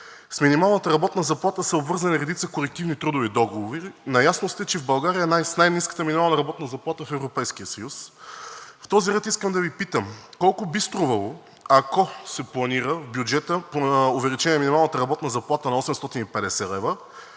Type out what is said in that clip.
С минималната работна заплата са обвързани редица колективни трудови договори. Наясно сте, че България е с най-ниска минимална работна заплата в Европейския съюз. В този ред искам да Ви питам: колко ще струва на бюджета планирано увеличение на минималната работна заплата на 850 лв.